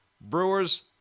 Brewers